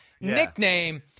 nickname